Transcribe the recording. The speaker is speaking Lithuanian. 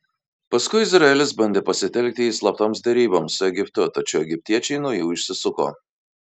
paskui izraelis bandė pasitelkti jį slaptoms deryboms su egiptu tačiau egiptiečiai nuo jų išsisuko